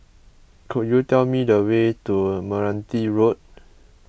could you tell me the way to Meranti Road